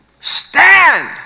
stand